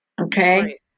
okay